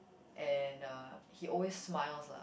and uh he always smiles lah